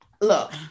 look